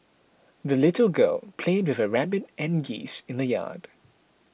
the little girl played with her rabbit and geese in the yard